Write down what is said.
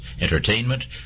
entertainment